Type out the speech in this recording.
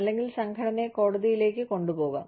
അല്ലെങ്കിൽ സംഘടനയെ കോടതിയിലേക്ക് കൊണ്ടുപോകാം